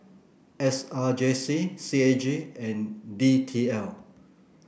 S R J C C A G and D T L